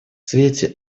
свете